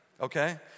okay